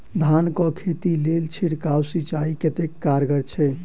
धान कऽ खेती लेल छिड़काव सिंचाई कतेक कारगर छै?